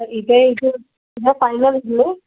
ಇದೇ ಇದು ಇದೇ ಫೈನಲ್ ಇರಲಿ